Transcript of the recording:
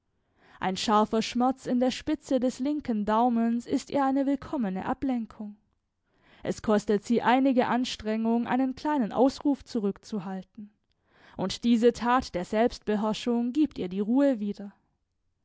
ein scharfer schmerz in der spitze des linken daumens ist ihr eine willkommene ablenkung es kostet sie einige anstrengung einen kleinen ausruf zurückzuhalten und diese tat der selbstbeherrschung gibt ihr die ruhe wieder